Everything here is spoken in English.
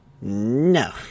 No